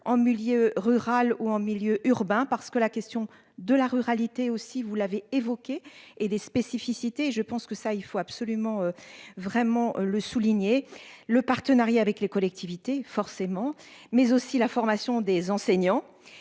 en milieu rural ou en milieu urbain parce que la question de la ruralité aussi vous l'avez évoqué et des spécificités. Je pense que ça, il faut absolument vraiment le souligner le partenariat avec les collectivités forcément mais aussi la formation des enseignants